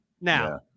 now